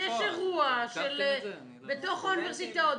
יש אירוע בתוך האוניברסיטאות,